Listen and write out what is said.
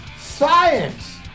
Science